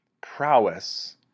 prowess